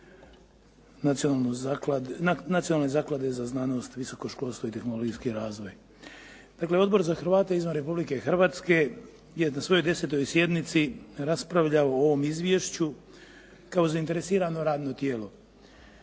Nacionalne zaklade za znanost, visoko školstvo i tehnologijski razvoj. Dakle, Odbor za Hrvate izvan Republike Hrvatske je na svojoj 10. sjednici raspravljao o ovom izvješću kao zainteresirano radno tijelo.